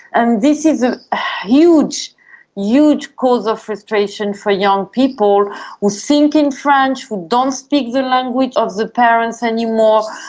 and this is a ah huge huge cause of frustration for young people who think in french, who don't speak the language of the parents anymore,